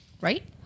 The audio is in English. Right